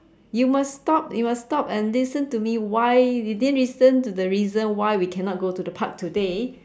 you must stop you must stop and listen to me why you didn't listen to the reason why we cannot go to the park today